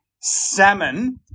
Salmon